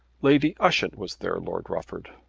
lady ushant was there, lord rufford.